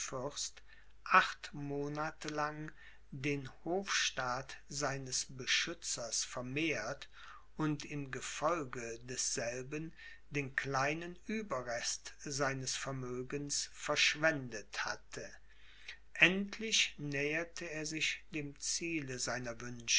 acht monate lang den hofstaat seines beschützers vermehrt und im gefolge desselben den kleinen ueberrest seines vermögens verschwendet hatte endlich näherte er sich dem ziele seiner